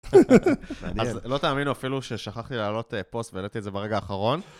אז לא תאמינו אפילו ששכחתי לעלות פוסט והעליתי את זה ברגע האחרון.